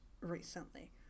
recently